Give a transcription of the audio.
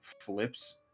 flips